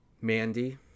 Mandy